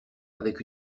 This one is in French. avec